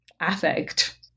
affect